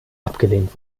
abgelehnt